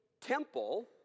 temple